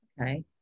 Okay